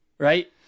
Right